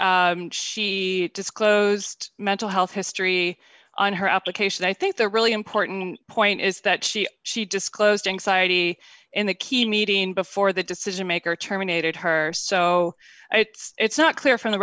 that she disclosed mental health history on her application i think the really important point is that she she disclosed anxiety in the key meeting before the decision maker terminated her so it's not clear from the